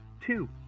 two